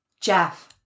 Jeff